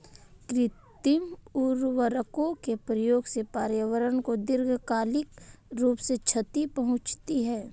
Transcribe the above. कृत्रिम उर्वरकों के प्रयोग से पर्यावरण को दीर्घकालिक रूप से क्षति पहुंचती है